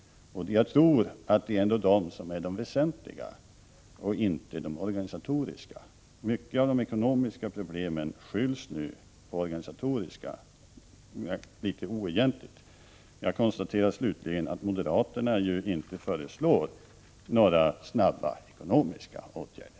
Och jag tror att det ändå är de problemen som är de väsentliga och inte de organisatoriska. Mycket av de ekonomiska problemen skylls nu litet oegentligt på organisatoriska förhållanden. Jag konstaterar slutligen att moderaterna ju inte föreslår några snabba ekonomiska åtgärder.